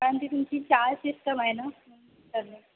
कारण ती तुमची चाळ सिस्टम आहे ना तर मग